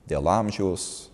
dėl amžiaus